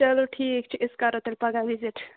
چلو ٹھیٖک چھِ أسۍ کَرو تیٚلہِ پگاہ وِزِٹ